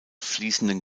fließenden